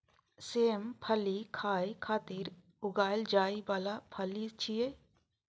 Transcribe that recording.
सेम फली खाय खातिर उगाएल जाइ बला फली छियै